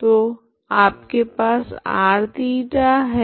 तो आपके पास r θ है